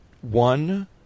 One